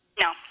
No